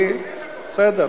בסדר,